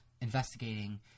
investigating